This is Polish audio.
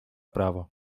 prawo